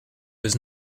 was